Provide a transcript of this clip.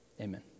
amen